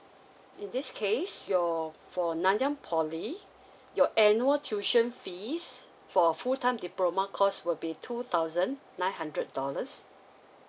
in this case your for nanyang poly your annual tuition fees for a full time diploma course will be two thousand nine hundred dollars